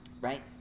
Right